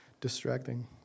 distracting